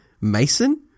Mason